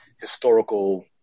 historical